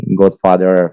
godfather